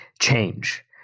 change